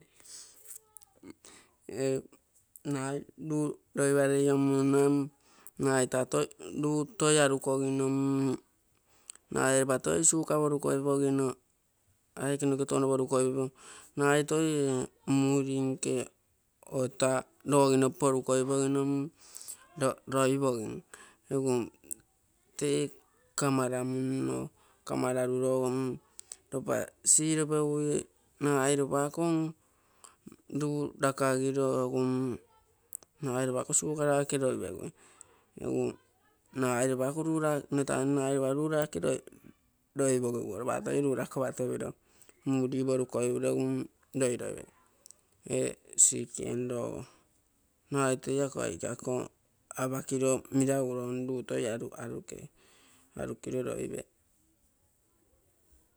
Nagai luu loiparei iomuno nagai taa luu toi arukogiro nagai lopa toi sugar porukoipogino aike noke touno porukoipiro nagai toi ee muri nke ota logogino porukoippogino roipogin, egu tee kamaramunno, kamararuro ropa siropegui nagai ropa ako luu lakagiro egu mm nagai ropa ako sugar rake loipegui, nagai nno tainoro ropa ako luu raake llapegui, ropa toi luu lakapatopiro muri porokoipiro egu mm loipegu ee sik eninogo, nagai toi ako aike ako apakiro meragurom luu toi arukei, arukiro roipei.